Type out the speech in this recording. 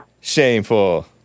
Shameful